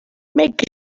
make